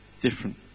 different